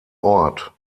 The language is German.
ort